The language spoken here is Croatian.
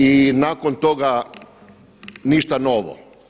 I nakon toga ništa novo.